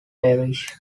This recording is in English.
perish